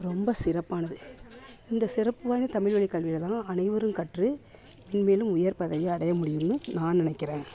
ரொம்ப சிறப்பானது இந்த சிறப்பு வாய்ந்த தமிழ் வழிக் கல்வியில் தான் அனைவரும் கற்று மேன்மேலும் உயர் பதவியை அடைய முடியும்னு நான் நினைக்கிறேன்